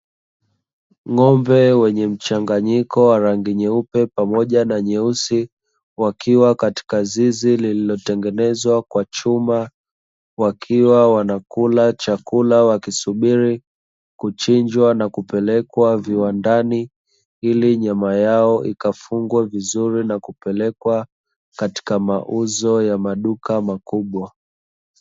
Ng'ombe wenye mchanganyiko wa rangi nyeupe pamoja na nyeusi, wakiwa katika zizi lililotengenezwa kwa chuma, wakiwa wanakula chakula wakisubiri kuchinjwa na kupelekwa viwandani, ili nyama yao ikafungwe vizuri na kupelekwa katika mauzo ya maduka makubwa.